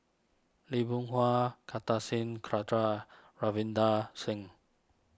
Lee Boon Hua Kartar Singh Thakral Ravinder Singh